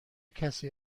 کسی